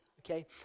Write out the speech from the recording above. okay